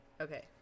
okay